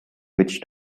which